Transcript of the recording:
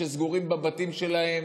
שסגורים בבית שלהם,